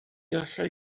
allai